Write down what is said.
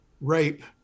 rape